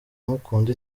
amukunda